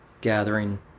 gathering